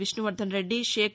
Vishnuvardhan Reddy Sheikh